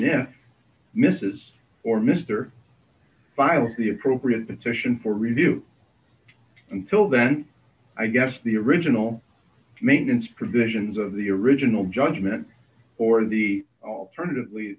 in mrs or mr files the appropriate petition for review until then i guess the original maintenance provisions of the original judgment or the alternative